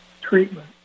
treatment